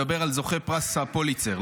אני מדבר על זוכי פרס הפוליצר,